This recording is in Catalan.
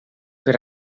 per